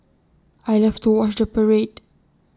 I love to watch the parade